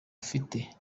afite